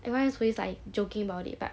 everyone is always like joking about it but